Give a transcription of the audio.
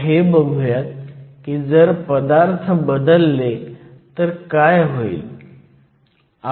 आता हे बघुयात की जर पदार्थ बदलले तर काय होईल